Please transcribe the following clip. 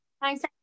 Thanks